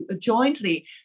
jointly